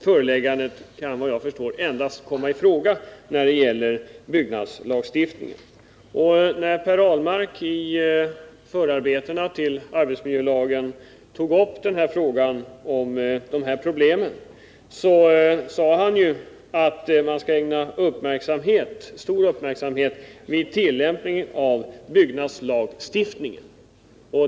Förelägganden kan vad jag förstår endast komma i fråga när det gäller byggnadslagstiftningen. När Per Ahlmark i förarbetena till arbetsmiljölagen tog upp dessa problem, så sade han att man skall ägna stor uppmärksamhet åt tillämpningen av byggnadslagstiftningen.